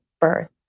birth